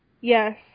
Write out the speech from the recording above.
Yes